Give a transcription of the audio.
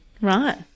Right